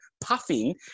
Puffing